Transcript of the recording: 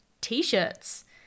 T-shirts